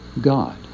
God